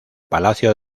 palacio